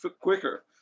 quicker